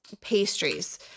pastries